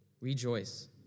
rejoice